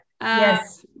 Yes